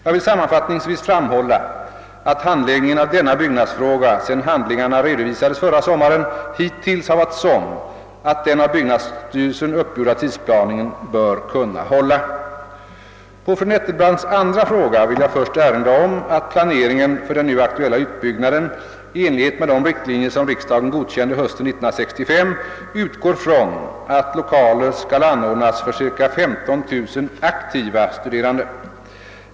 Jag vill sammanfattningsvis framhålla att handläggningen av denna byggnadsfråga sedan handlingarna redovisades förra sommaren hittills har varit sådan att den av byggnadsstyrelsen uppgjorda tidsplanen bör kunna hålla. På fru Nettelbrandts andra fråga vill jag först erinra om att planeringen för den nu aktuella utbyggnaden i enlighet med de riktlinjer, som riksdagen godkände hösten 1965, utgår från att lokaler skall anordnas för cirka 15 000 aktiva studerande.